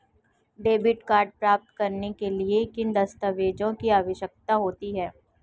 Debit card प्राप्त करने के लिए किन दस्तावेज़ों की आवश्यकता होती है?